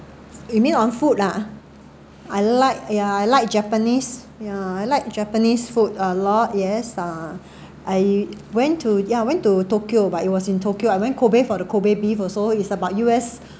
you mean on food ah I like yeah I like japanese yeah like japanese food a lot yes ah I went to ya I went to tokyo but it was in tokyo I went kobe for the kobe beef also is about U_S